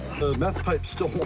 meth pipe's still warm.